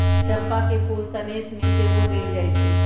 चंपा के फूल सनेश में सेहो देल जाइ छइ